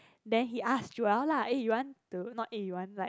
then he ask Joel lah eh you want to eh not you want like